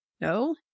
no